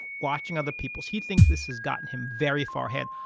watching other people. he thinks this has gotten him very far ahead.